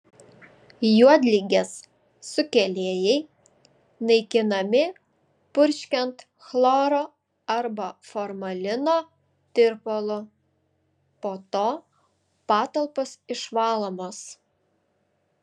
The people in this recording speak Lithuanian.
juodligės sukėlėjai naikinami purškiant chloro arba formalino tirpalu po to patalpos išvalomos